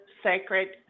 sacred